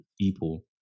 people